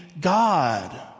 God